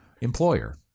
employer